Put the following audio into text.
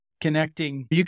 connecting